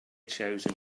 chosen